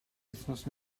wythnos